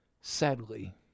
Sadly